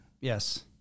Yes